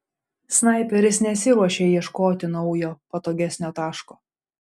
snaiperis nesiruošė ieškoti naujo patogesnio taško